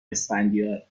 اسفندیار